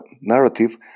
narrative